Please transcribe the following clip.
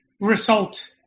result